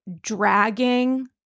dragging